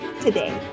today